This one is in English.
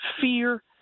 fear